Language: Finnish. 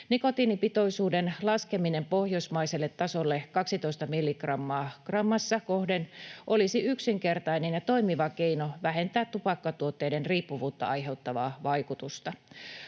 Nikotiinipitoisuuden laskeminen pohjoismaiselle tasolle, 12 milligrammaan grammaa kohden, olisi yksinkertainen ja toimiva keino vähentää tupakkatuotteiden riippuvuutta aiheuttavaa vaikutusta.